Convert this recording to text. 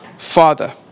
Father